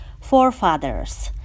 forefathers